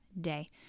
day